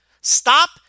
Stop